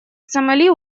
сомали